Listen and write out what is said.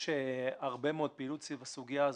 יש הרבה מאוד פעילות סביב הסוגיה הזאת.